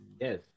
Yes